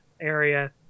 area